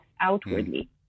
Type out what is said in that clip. outwardly